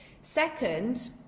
Second